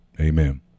Amen